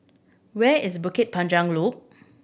where is Bukit Panjang Loop